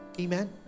Amen